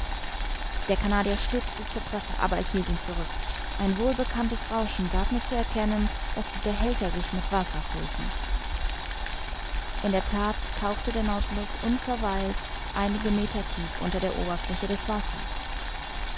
der canadier stürzte zur treppe aber ich hielt ihn zurück ein wohl bekanntes rauschen gab mir zu erkennen daß die behälter sich mit wasser füllten in der that tauchte der nautilus unverweilt einige meter tief unter die oberfläche des wassers